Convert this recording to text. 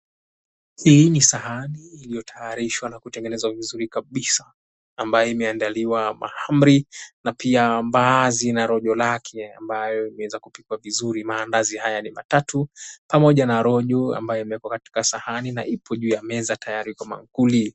Hii ni sahani iliyotayarishwa na kutengenezwa vizuri kabisa, ambayo imeandaliwa mahamri na pia mbaazi na rojo lake ambayo imeweza kupikwa vizuri. Mandazi haya ni tatu pamoja na rojo ambayo imewekwa katika sahani na ipo juu ya meza tayari kwa maankuli.